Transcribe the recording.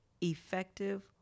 effective